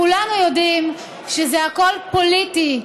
כולנו יודעים שזה הכול פוליטי.